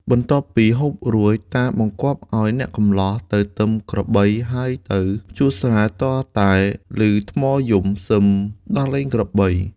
បន្ទាប់ពីហូបរួច តាបង្គាប់ឱ្យអ្នកកម្លោះទៅទឹមក្របី ហើយទៅភ្ជួរស្រែទាល់តែឮថ្មយំ សឹមដោះលែងក្របី។